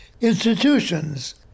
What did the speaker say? institutions